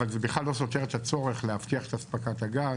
אבל זה בכלל לא סותר את הצורך להבטיח את אספקת הגז,